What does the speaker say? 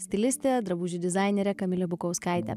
stilistė drabužių dizainerė kamilė bukauskaitė